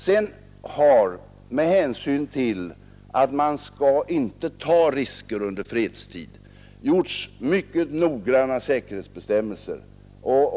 Sedan har, med hänsyn till att man inte skall ta risker under fredstid, utformats mycket noggranna säkerhetsbestämmelser.